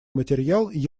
материал